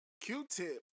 Q-Tip